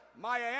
Maya